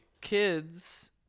kids